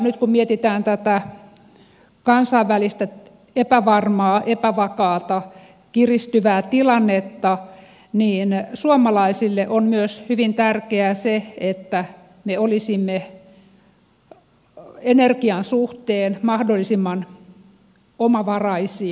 nyt kun mietitään tätä kansainvälistä epävarmaa epävakaata kiristyvää tilannetta niin suomalaisille on hyvin tärkeää se että me olisimme energian suhteen mahdollisimman omavaraisia